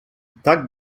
tak